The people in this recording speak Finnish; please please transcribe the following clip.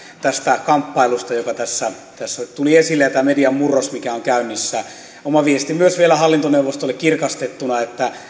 tästä kamppailusta joka tässä tässä tuli esille ja tästä median murroksesta mikä on käynnissä oma viestini myös vielä hallintoneuvostolle kirkastettuna